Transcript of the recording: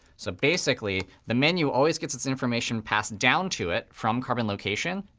so basically, the menu always gets its information passed down to it from carbon location.